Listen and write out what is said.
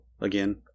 again